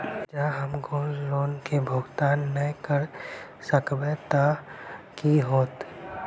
जँ हम gold loan केँ भुगतान न करऽ सकबै तऽ की होत?